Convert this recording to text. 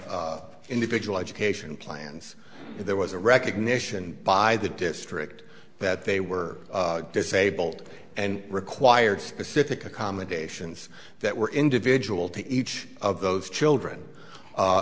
of individual education plan if there was a recognition by the district that they were disabled and required specific accommodations that were individual to each of those children